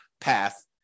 path